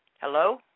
Hello